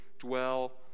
dwell